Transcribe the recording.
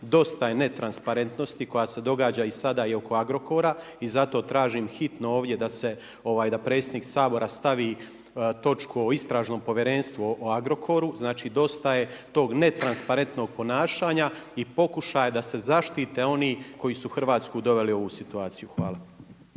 Dosta je netransparentnosti koja se događa i sada i oko Agrokora i zato tražim hitno ovdje da predsjednik Sabora stavi točku o Istražnom povjerenstvu o Agrokoru, znači dosta je tog netransparentnog ponašanja i pokušaja da se zaštite oni koji su Hrvatsku doveli u ovu situaciju. Hvala.